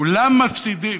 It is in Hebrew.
כולם מפסידים.